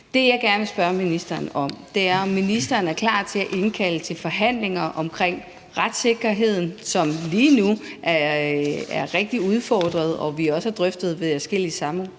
Det, jeg gerne vil spørge ministeren om, er, om hun er klar til at indkalde til forhandlinger om retssikkerheden, som lige nu er rigtig udfordret, og som vi også har drøftet på adskillige samråd,